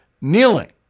kneeling